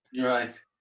Right